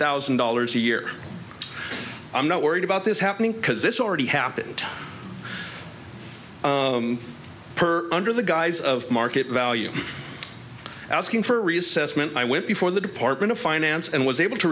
thousand dollars a year i'm not worried about this happening because it's already happened per under the guise of market value asking for reassessment i went before the department of finance and was able to